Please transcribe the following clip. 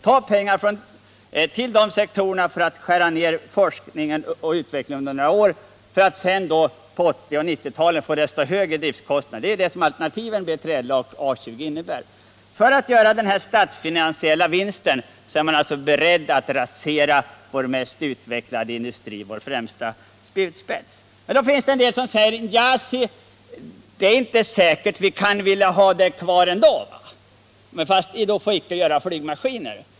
Om man på detta sätt skär ner forskning och utveckling under några år får man sedan på 1980 och 1990-talen desto högre driftkostnader — det är ju det alternativ A 20 innebär. Då finns de som säger: Vi kan vilja ha kvar den tekniska kompetensen, men man får inte göra flygmaskiner.